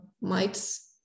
mites